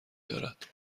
دارد